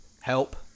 help